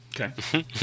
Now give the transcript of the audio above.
Okay